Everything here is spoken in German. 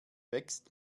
wächst